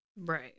Right